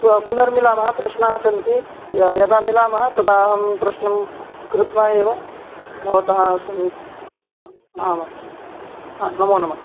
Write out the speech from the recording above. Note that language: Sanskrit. श्वः पुनर्मिलामः प्रश्नाः सन्ति या यदा मिलामः तदाहं प्रश्नं कृत्वा एव भवतः समीपे हा आमां हा नमोनमः